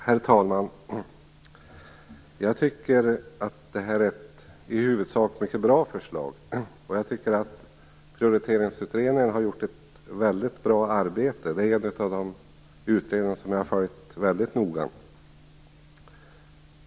Herr talman! Det här är i huvudsak ett mycket bra förslag, och Prioriteringsutredningen har gjort ett väldigt bra arbete. Det är en utredning jag har följt noga.